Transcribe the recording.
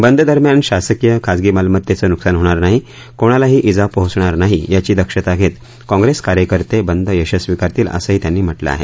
बंद दरम्यान शासकीय खाजगी मालमत्तेचं नुकसान होणार नाही कोणालाही इजा पोहचणार नाही याची दक्षता घेत काँप्रेस कार्यकर्ते बंद यशस्वी करतील असंही त्यांनी म्हटलं आहे